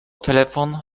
telefon